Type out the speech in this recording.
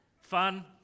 Fun